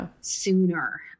sooner